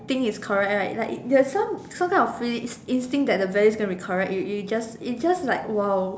think is correct right like there is some some kind of free instinct that it the value is going to be correct it it just it just !wow!